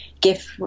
gift